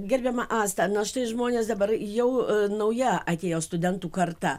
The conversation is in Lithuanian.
gerbiama asta na štai žmonės dabar jau nauja atėjo studentų karta